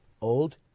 Old